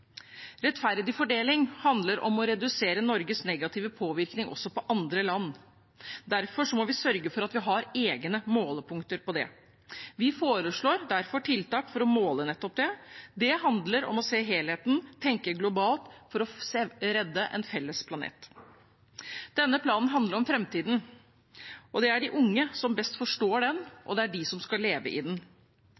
Rettferdig fordeling handler om å redusere Norges negative påvirkning også på andre land. Derfor må vi sørge for at vi har egne målepunkter for det. Vi foreslår derfor tiltak for å måle nettopp det. Det handler om å se helheten og tenke globalt for å redde en felles planet. Denne planen handler om framtiden, og det er de unge som best forstår den,